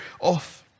off